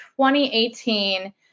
2018